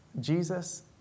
Jesus